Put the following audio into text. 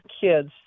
kids